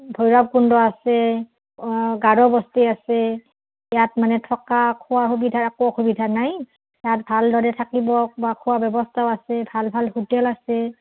ভৈৰৱকুণ্ড আছে অঁ গাৰোবস্তি আছে ইয়াত মানে থকা খোৱাৰ সুবিধা একো অসুবিধা নাই ইয়াত ভালদৰে থাকিব বা খোৱাৰ ব্যৱস্থাও আছে ভাল ভাল হোটেল আছে